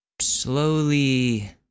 slowly